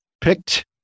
picked